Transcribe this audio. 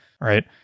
Right